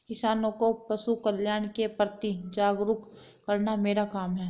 किसानों को पशुकल्याण के प्रति जागरूक करना मेरा काम है